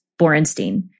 Borenstein